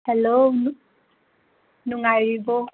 hello ꯅꯨꯡꯉꯥꯏꯔꯤꯕꯣ